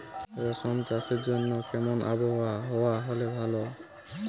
রেশম চাষের জন্য কেমন আবহাওয়া হাওয়া হলে ভালো?